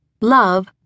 Love